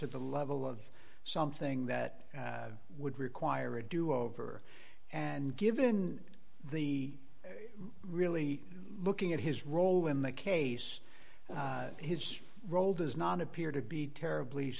to the level of something that would require a do over and given the really looking at his role in the case his role does not appear to be terribly